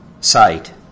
sight